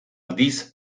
aldiz